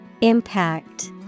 Impact